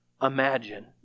Imagine